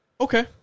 Okay